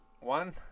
one